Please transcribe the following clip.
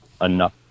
enough